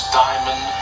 diamond